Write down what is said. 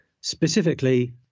specifically